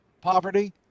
poverty